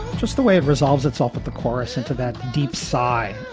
just the way it resolves itself at the chorus into that deep sigh,